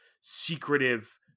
secretive